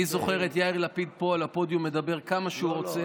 אני זוכר את יאיר לפיד פה על הפודיום מדבר כמה שהוא רוצה.